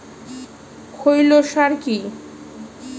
খৈল সার কি?